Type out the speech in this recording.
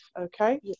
okay